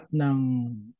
ng